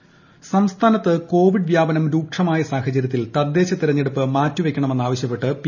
C George സംസ്ഥാനത്ത് Covid വ്യാപനം രൂക്ഷമായ സാഹചര്യത്തിൽ തദ്ദേശ തെരഞ്ഞെടുപ്പുകൾ മാറ്റിവയ്ക്കണമെന്നാവശ്യപ്പെട്ട് പി